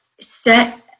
set